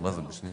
ברור ויותר נגיש.